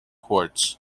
courts